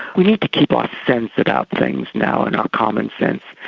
we need to keep our sense about things now and our common sense,